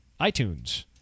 iTunes